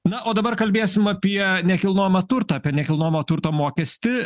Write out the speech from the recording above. na o dabar kalbėsim apie nekilnojamą turtą apie nekilnojamo turto mokestį